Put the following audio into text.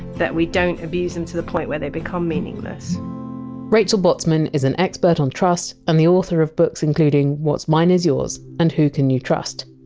that we don't abuse them to the point where they become meaningless rachel botsman is an expert on trust and the author of books including what! s mine is yours and who can you trust.